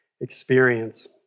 experience